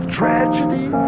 tragedy